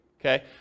okay